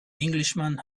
englishman